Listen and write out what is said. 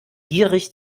gierig